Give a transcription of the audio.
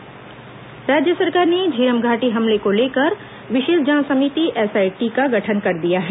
झीरम हमला एसआईटी गठित राज्य सरकार ने झीरम घाटी हमले को लेकर विशेष जांच समिति एसआईटी का गठन कर दिया है